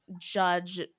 judge